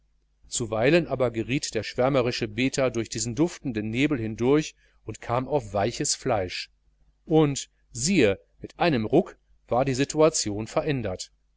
zuweilen aber geriet der schwämerische beter durch diesen duftenden nebel hindurch und kam auf weiches fleisch und siehe mit einem ruck war die situation verändert